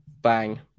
Bang